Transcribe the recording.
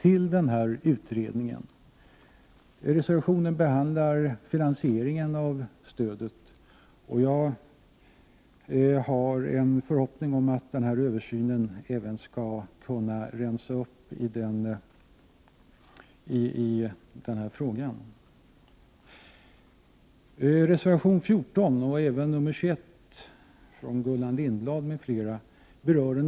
I reservationen behandlas finansieringen av stödet, och jag har en förhoppning om att den översynen skall kunna rensa upp även i den frågan.